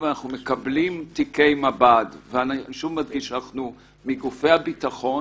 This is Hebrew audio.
אנחנו מקבלים תיקי מב"ד מגופי הביטחון